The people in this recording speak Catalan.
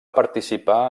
participar